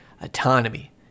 autonomy